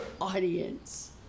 audience